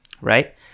right